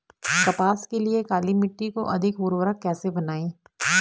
कपास के लिए काली मिट्टी को अधिक उर्वरक कैसे बनायें?